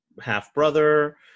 half-brother